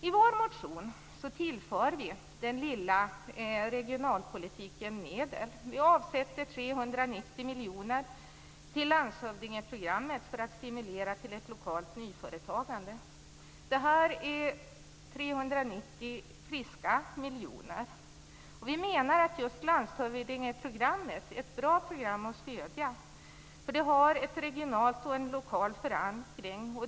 I vår motion tillför vi den lilla regionalpolitiken medel. Vi avsätter 390 miljoner till landshövdingeprogrammet för att stimulera till ett lokalt nyföretagande. Det är 390 friska miljoner. Vi menar att just landshövdingeprogrammet är ett bra program att stödja. Det har en lokal och regional förankring.